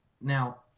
Now